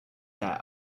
that